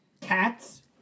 Cats